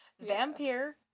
Vampire